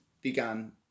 began